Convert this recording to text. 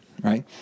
Right